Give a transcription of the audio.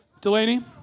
Delaney